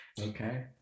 Okay